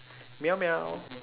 meow meow